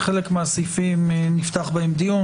בחלק מהסעיפים נפתח דיון,